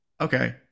Okay